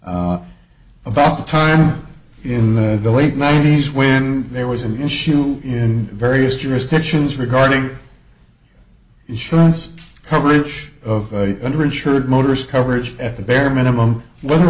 about the time in the late ninety's when there was an issue in various jurisdictions regarding insurance coverage of under insured motorists coverage at the bare minimum whether